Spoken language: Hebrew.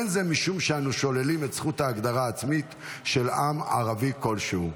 אין זה משום שאנו שוללים את זכות ההגדרה העצמית של עם ערבי כלשהו.